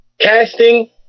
casting